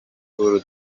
bull